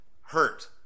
hurt